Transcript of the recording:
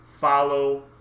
Follow